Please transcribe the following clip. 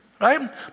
Right